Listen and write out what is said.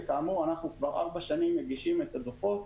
וכאמור אנחנו כבר ארבע שנים מגישים את הדוחות,